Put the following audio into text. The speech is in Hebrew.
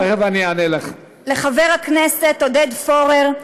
לחבר הכנסת עודד פורר,